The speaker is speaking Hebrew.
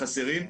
חסרים.